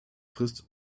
frist